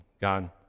God